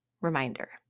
Reminder